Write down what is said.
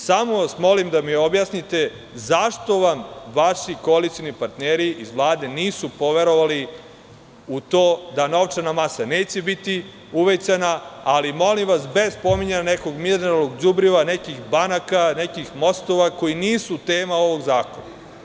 Samo vas molim da mi objasnite zašto vam vaši koalicioni partneri iz Vlade nisu poverovali u to da novčana masa neće biti uvećana, ali, molim vas, bez pominjanja nekog mineralnog đubriva, nekih banaka, nekih mostova, koji nisu tema ovog zakona.